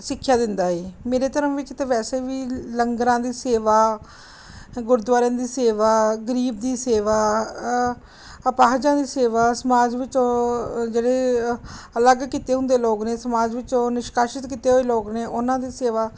ਸਿੱਖਿਆ ਦਿੰਦਾ ਏ ਮੇਰੇ ਧਰਮ ਵਿੱਚ ਅਤੇ ਵੈਸੇ ਵੀ ਲੰਗਰਾਂ ਦੀ ਸੇਵਾ ਗੁਰਦੁਆਰਿਆਂ ਦੀ ਸੇਵਾ ਗਰੀਬ ਦੀ ਸੇਵਾ ਅਪਾਹਜਾਂ ਦੀ ਸੇਵਾ ਸਮਾਜ ਵਿੱਚ ਉਹ ਜਿਹੜੇ ਅਲੱਗ ਕੀਤੇ ਹੁੰਦੇ ਲੋਕ ਨੇ ਸਮਾਜ ਵਿੱਚੋਂ ਉਹ ਨਿਸ਼ਕਾਸ਼ਿਤ ਕੀਤੇ ਹੋਏ ਲੋਕ ਨੇ ਉਹਨਾਂ ਦੀ ਸੇਵਾ